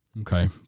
Okay